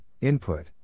Input